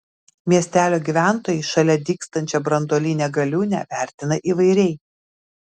miestelio gyventojai šalia dygstančią branduolinę galiūnę vertina įvairiai